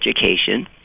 education